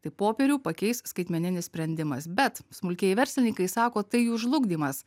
kai popierių pakeis skaitmeninis sprendimas bet smulkieji verslininkai sako tai jų žlugdymas